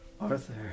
Arthur